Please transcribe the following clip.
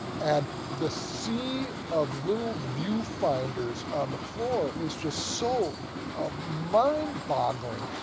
and the sea of little viewfinders on the floor was just so ah mind-boggling.